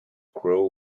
grow